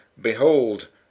Behold